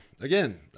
again